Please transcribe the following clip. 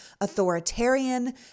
authoritarian